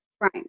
Right